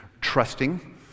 trusting